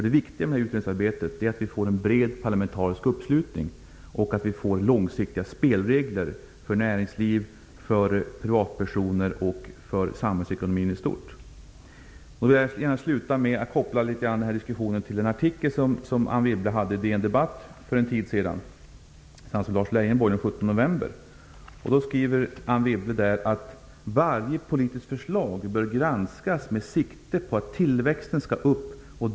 Det viktiga med utredningsarbetet är att vi får en bred parlamentarisk uppslutning och att vi får långsiktiga spelregler för näringsliv, privatpersoner och samhällsekonomin i stort. Jag vill gärna sluta med att koppla den här diskussionen till en artikel som Anne Wibble skrev på DN-debatt för en tid sedan, den 17 november, tillsammans med Lars Leijonborg. Där skriver Anne Wibble att varje politiskt förslag bör granskas med sikte på att tillväxten skall upp.